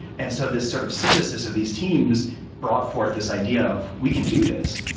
and so this sort of synthesis of these teams brought forth this idea of, we can do this,